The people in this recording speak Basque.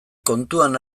kontuan